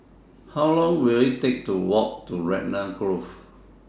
How Long Will IT Take to Walk to Raglan Grove